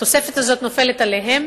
התוספת נופלת עליהם.